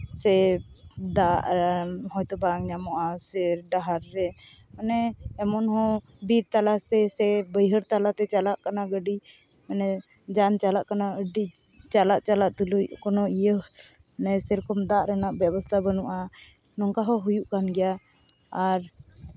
ᱥᱮ ᱫᱟᱜ ᱦᱚᱭᱛᱳ ᱵᱟᱝ ᱧᱟᱢᱚᱜᱼᱟ ᱥᱮ ᱰᱟᱦᱟᱨ ᱨᱮ ᱢᱟᱱᱮ ᱮᱢᱚᱱ ᱦᱚᱸ ᱵᱤᱨ ᱛᱟᱞᱟᱛᱮ ᱥᱮ ᱵᱟᱹᱭᱦᱟᱹᱲ ᱛᱟᱞᱟᱛᱮ ᱪᱟᱞᱟᱜ ᱠᱟᱱᱟ ᱜᱟᱹᱰᱤ ᱢᱟᱱᱮ ᱡᱟᱱ ᱪᱟᱞᱟᱜ ᱠᱟᱱᱟ ᱟᱹᱰᱤ ᱪᱟᱞᱟᱜ ᱪᱟᱞᱟᱜ ᱛᱩᱞᱩᱡ ᱠᱳᱱᱳ ᱤᱭᱟᱹ ᱢᱟᱱᱮ ᱥᱮᱭ ᱨᱚᱠᱚᱢ ᱫᱟᱜ ᱨᱮᱱᱟᱜ ᱵᱮᱵᱚᱥᱛᱷᱟ ᱵᱟᱹᱱᱩᱜᱼᱟ ᱱᱚᱝᱠᱟ ᱦᱚᱸ ᱦᱩᱭᱩᱜ ᱠᱟᱱ ᱜᱮᱭᱟ ᱟᱨ